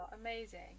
amazing